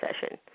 session